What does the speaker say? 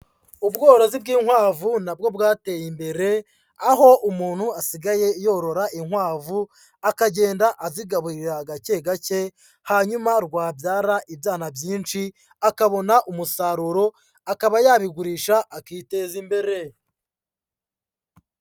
Ubworozi bw'inkwavu na bwo bwateye imbere, aho umuntu asigaye yorora inkwavu akagenda azigaburira gake gake, hanyuma rwabyara ibyana byinshi akabona umusaruro, akaba yabigurisha akiteza imbere.